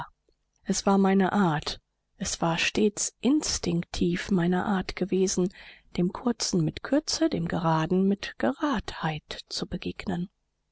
es war meine art es war stets instinktiv meine art gewesen dem kurzen mit kürze dem geraden mit geradheit zu begegnen